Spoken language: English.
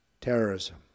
Terrorism